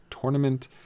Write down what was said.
tournament